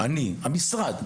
לא רק אני אלא המשרד,